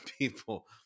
people